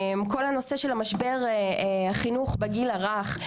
כל הנושא של המשבר החינוך בגיל הרך,